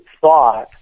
thought